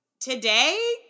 today